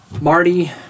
Marty